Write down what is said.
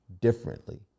differently